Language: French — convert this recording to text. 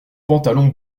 pantalon